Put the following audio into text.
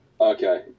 Okay